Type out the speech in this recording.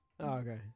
Okay